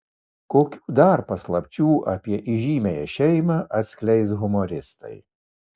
kokių dar paslapčių apie įžymiąją šeimą atskleis humoristai